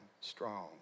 strong